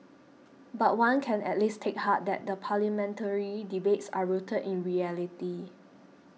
but one can at least take heart that the parliamentary debates are rooted in reality